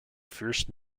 first